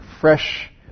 fresh